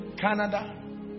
canada